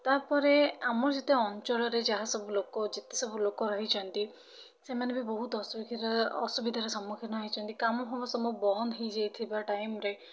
ତା'ପରେ ଆମର ଯେତେ ଅଞ୍ଚଳରେ ଯାହା ସବୁ ଲୋକ ଯେତେ ସବୁ ଲୋକ ରହିଛନ୍ତି ସେମାନେ ବି ବହୁତ୍ ଅସୁବିଧାର ସମ୍ମୁଖୀନ ହୋଇଛନ୍ତି କାମଫାମ ସବୁ ବନ୍ଦ ହେଇଯାଇଥିବା ଟାଇମ୍ ରେ